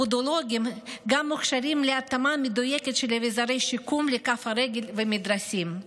הפודולוגים גם מוכשרים להתאמה מדויקת של אביזרי שיקום לכף הרגל ומדרסים.